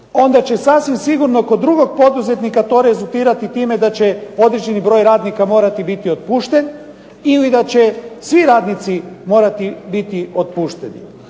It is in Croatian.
onda će sasvim sigurno kod drugog poduzetnika to rezultirati time da će određeni broj radnika morati biti otpušten, ili da će svi radnici morati biti otpušteni.